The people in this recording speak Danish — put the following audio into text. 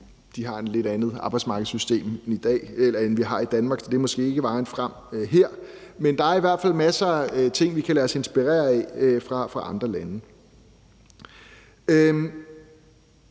De har et lidt andet arbejdsmarkedssystem, end vi har i Danmark. Det er måske ikke vejen frem her. Men der er i hvert fald masser af ting, vi kan lade os inspirere af fra andre lande.